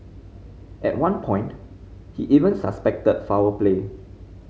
at one point he even suspected foul play